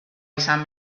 izan